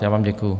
Já vám děkuji.